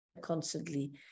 constantly